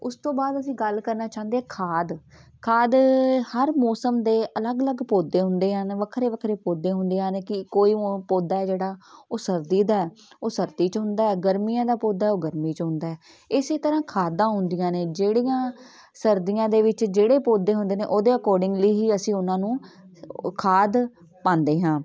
ਉਸ ਤੋਂ ਬਾਅਦ ਅਸੀਂ ਗੱਲ ਕਰਨਾ ਚਾਹੁੰਦੇ ਹਾਂ ਖਾਦ ਖਾਦ ਹਰ ਮੌਸਮ ਦੇ ਅਲੱਗ ਅਲੱਗ ਪੌਦੇ ਹੁੰਦੇ ਹਨ ਵੱਖਰੇ ਵੱਖਰੇ ਪੌਦੇ ਹੁੰਦੇ ਹਨ ਕਿ ਕੋਈ ਪੌਦਾ ਜਿਹੜਾ ਉਹ ਸਰਦੀ ਦਾ ਉਹ ਸਰਦੀ 'ਚ ਹੁੰਦਾ ਗਰਮੀਆਂ ਦਾ ਪੌਦਾ ਉਹ ਗਰਮੀ 'ਚ ਹੁੰਦਾ ਇਸੇ ਤਰ੍ਹਾਂ ਖਾਦਾਂ ਹੁੰਦੀਆਂ ਨੇ ਜਿਹੜੀਆਂ ਸਰਦੀਆਂ ਦੇ ਵਿੱਚ ਜਿਹੜੇ ਪੌਦੇ ਹੁੰਦੇ ਨੇ ਉਹਦੇ ਅਕੋਰਡਿੰਗਲੀ ਹੀ ਅਸੀਂ ਉਹਨਾਂ ਨੂੰ ਖਾਦ ਪਾਉਂਦੇ ਹਾਂ